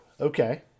okay